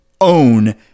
own